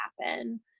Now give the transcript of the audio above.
happen